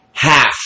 Half